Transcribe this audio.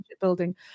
building